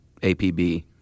APB